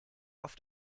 oft